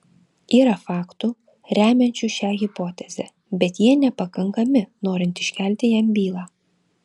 yra faktų remiančių šią hipotezę bet jie nepakankami norint iškelti jam bylą